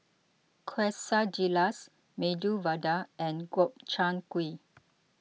Quesadillas Medu Vada and Gobchang Gui